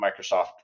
Microsoft